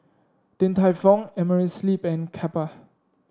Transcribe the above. Din Tai Fung Amerisleep and Kappa